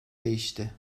değişti